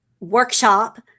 workshop